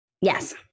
Yes